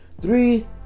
Three